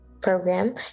program